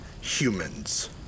humans